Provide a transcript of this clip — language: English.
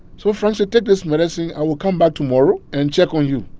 so frank said, take this medicine. i will come back tomorrow and check on you.